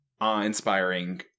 awe-inspiring